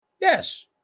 yes